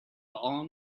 all